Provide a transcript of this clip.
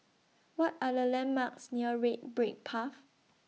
What Are The landmarks near Red Brick Path